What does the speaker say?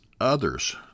others